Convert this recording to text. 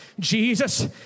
Jesus